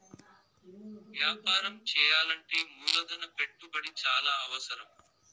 వ్యాపారం చేయాలంటే మూలధన పెట్టుబడి చాలా అవసరం